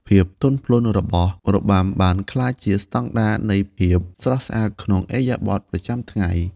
ភាពទន់ភ្លន់របស់របាំបានក្លាយជាស្តង់ដារនៃភាពស្រស់ស្អាតក្នុងឥរិយាបថប្រចាំថ្ងៃ។